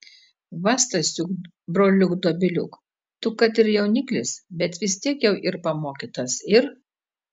va stasiuk broliuk dobiliuk tu kad ir jauniklis bet vis tiek jau ir pamokytas ir